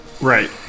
right